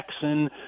Jackson